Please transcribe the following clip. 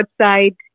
outside